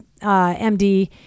MD